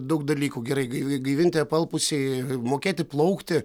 daug dalykų gerai gaivi gaivinti apalpusįjį mokėti plaukti